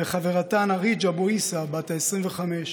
וחברתן אריג' אבו-עיסא בת ה-25,